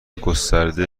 گسترده